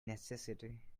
necessity